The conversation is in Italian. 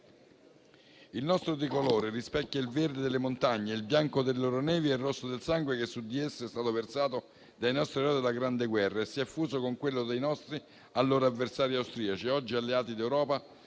Il nostro Tricolore rispecchia il verde delle montagne, il bianco delle loro nevi e il rosso del sangue che su di esse è stato versato dai nostri eroi della Grande guerra e si è fuso con quello dei nostri allora avversari austriaci e oggi alleati d'Europa,